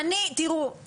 תראו,